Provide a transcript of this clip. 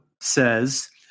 says